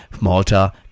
Malta